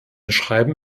schreiben